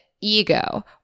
ego